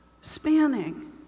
spanning